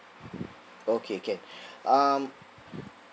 okay can um